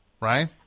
Right